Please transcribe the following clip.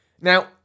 now